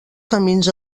camins